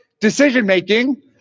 decision-making